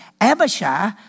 Abishai